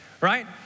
Right